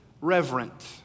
reverent